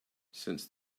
since